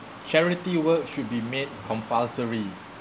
charity work should be made compulsory